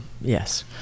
yes